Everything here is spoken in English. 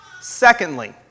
Secondly